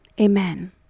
amen